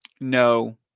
No